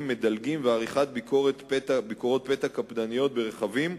ומדלגים ולעריכת ביקורות פתע קפדניות ברכבים,